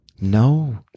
No